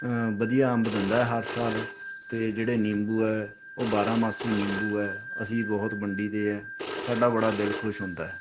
ਵਧੀਆ ਅੰਬ ਦਿੰਦਾ ਹਰ ਸਾਲ ਅਤੇ ਜਿਹੜੇ ਨਿੰਬੂ ਹੈ ਉਹ ਬਾਰਾਂ ਮਾਹੀ ਨਿੰਬੂ ਹੈ ਅਸੀਂ ਬਹੁਤ ਵੰਡੀ ਦੇ ਹੈ ਸਾਡਾ ਬੜਾ ਦਿਲ ਖੁਸ਼ ਹੁੰਦਾ ਹੈ